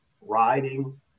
riding